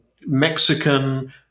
Mexican